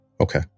okay